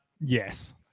Yes